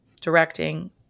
directing